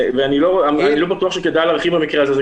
ואני לא בטוח שכדאי להרחיב במקרה הזה,